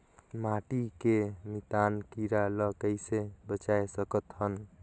माटी के मितान कीरा ल कइसे बचाय सकत हन?